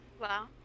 Wow